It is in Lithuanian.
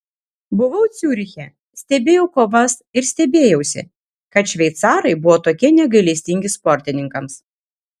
buvau ciuriche stebėjau kovas ir stebėjausi kad šveicarai buvo tokie negailestingi sportininkams